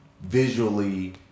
visually